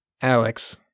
Alex